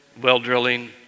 well-drilling